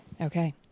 Okay